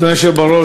אדוני היושב בראש,